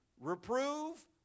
reprove